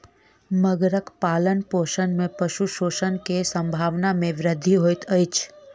मगरक पालनपोषण में पशु शोषण के संभावना में वृद्धि होइत अछि